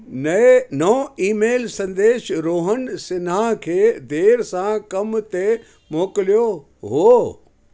नए नओं ईमेल संदेश रोहन सिन्हा खे देरि सां कम ते मोकिलियो हुओ